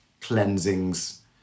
cleansings